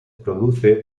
produce